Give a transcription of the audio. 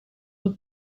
were